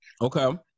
Okay